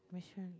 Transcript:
which one